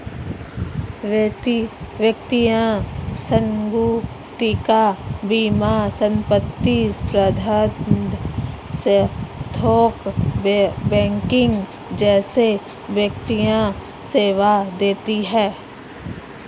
वित्तीय संगुटिका बीमा संपत्ति प्रबंध थोक बैंकिंग जैसे वित्तीय सेवा देती हैं